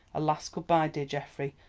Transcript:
a last good-bye, dear geoffrey,